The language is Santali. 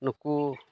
ᱱᱩᱠᱩ